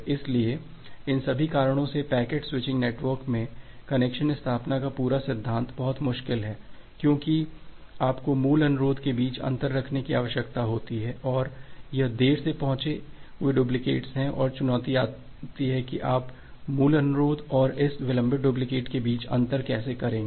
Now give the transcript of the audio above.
इसलिए इन सभी कारणों से पैकेट स्विचिंग नेटवर्क में कनेक्शन स्थापना का पूरा सिद्धांत बहुत मुश्किल है क्योंकि आपको मूल अनुरोध के बीच अंतर रखने की आवश्यकता है और यह देर से पहुचे हुए डुप्लिकेट्स हैं और चुनौती आती है कि आप मूल अनुरोध और इस विलंबित डुप्लिकेट के बीच अंतर कैसे करेंगे